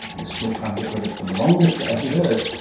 they're still trying to get rid of them, along with, as you heard,